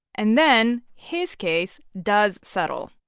and then his case does settle.